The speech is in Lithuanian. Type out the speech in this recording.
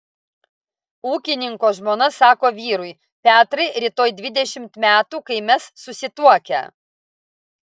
ūkininko žmona sako vyrui petrai rytoj dvidešimt metų kai mes susituokę